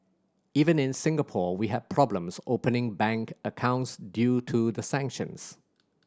even in Singapore we had problems opening bank accounts due to the sanctions